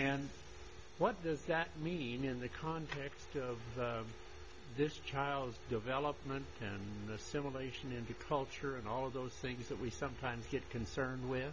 and what does that mean in the context of this child's development and assimilation into culture and all of those things that we sometimes get concerned with